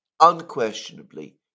unquestionably